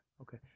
Okay